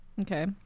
okay